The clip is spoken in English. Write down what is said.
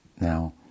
now